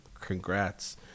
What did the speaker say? congrats